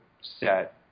set